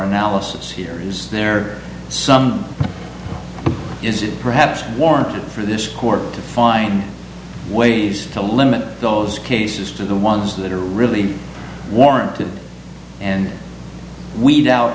analysis here is there some is it perhaps warranted for this court to find ways to limit those cases to the ones that are really warranted and weed out